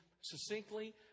succinctly